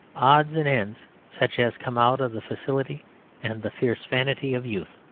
odds and ends such as come out of the facility and the fierce vanity of youth.